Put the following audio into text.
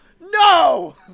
No